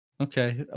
Okay